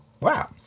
Wow